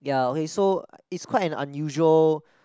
ya okay so it's quite an unusual